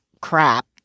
crap